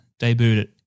debuted